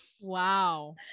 wow